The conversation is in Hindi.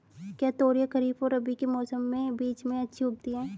क्या तोरियां खरीफ और रबी के मौसम के बीच में अच्छी उगती हैं?